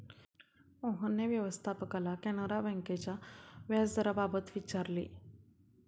मोहनने व्यवस्थापकाला कॅनरा बँकेच्या व्याजदराबाबत विचारले